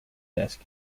desk